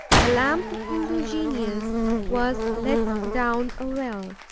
the lamp of hindoo genius was let down a well,